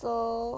so